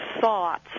thoughts